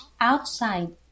outside